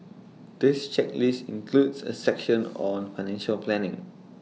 this checklist includes A section on financial planning